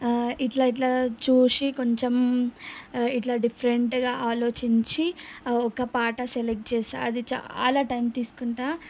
ఇట్లా ఇట్లా చూసి కొంచెం ఇట్లా డిఫరెంట్గా ఆలోచించి ఒక పాట సెలెక్ట్ చేస్తాను అది చాలా టైం తీసుకుంటాను